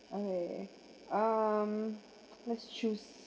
okay um let's choose